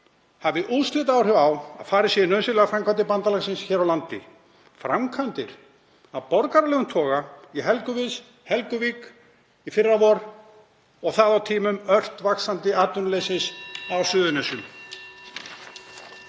hafi úrslitaáhrif á að farið sé í nauðsynlegar framkvæmdir bandalagsins hér á landi, framkvæmdir af borgaralegum toga í Helguvík í fyrravor, og það á tímum ört vaxandi atvinnuleysis á Suðurnesjum.